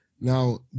Now